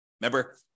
Remember